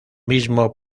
mismo